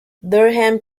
durham